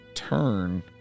turn